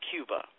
Cuba